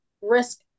risk